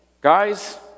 Guys